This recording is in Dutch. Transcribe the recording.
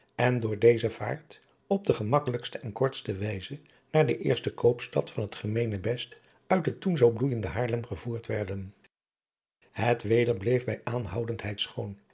en door deze vaart op de gemakkelijkste en kortste wijze naar de eerste koopstad van het gemeenebest uit het toen zoo bloeijende haarlem gevoerd werden het weder bleef bij aanhoudendheid schoon